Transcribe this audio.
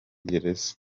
gereza